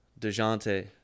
Dejounte